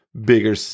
bigger